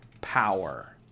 power